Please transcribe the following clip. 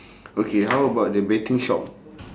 okay how about the betting shop